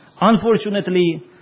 unfortunately